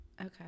Okay